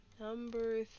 Number